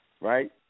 right